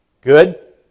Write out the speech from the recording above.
Good